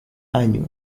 año